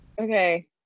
Okay